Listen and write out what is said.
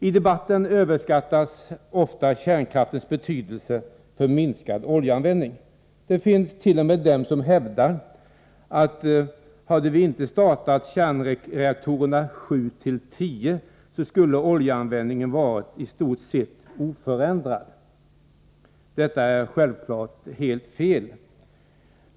I debatten överskattas ofta kärnkraftens betydelse för minskad oljeanvändning. Det finns t.o.m. de som hävdar att om vi inte hade startat kärnreaktorerna 7-10 skulle oljeanvändningen varit i stort sett oförändrad. Detta är självfallet helt fel.